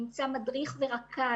נמצא מדריך ורכז.